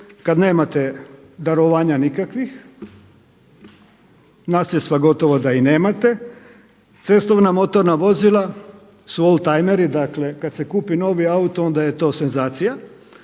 kada nemate darovanja nikakvih. Nasljedstva gotovo da i nemate. Cestovna motorna vozila su oldtimeri, dakle kada se kupi novi auto onda je to senzacija.